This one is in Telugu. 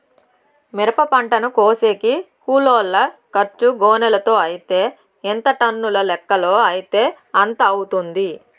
మిరప పంటను కోసేకి కూలోల్ల ఖర్చు గోనెలతో అయితే ఎంత టన్నుల లెక్కలో అయితే ఎంత అవుతుంది?